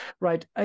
right